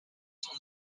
sont